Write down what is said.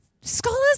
scholars